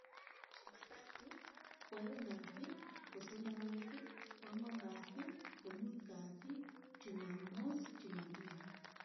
Chumatatu, kwaeng' kasi, kosomok kasi, kwang'wan kasi, komut kasi, chumamos, chuma mbili.